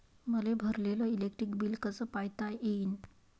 मले भरलेल electric bill कस पायता येईन?